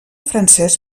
francès